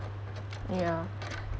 ya